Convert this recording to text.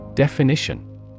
Definition